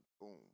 Boom